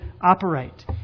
operate